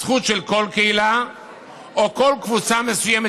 הזכות של כל קהילה או כל קבוצה מסוימת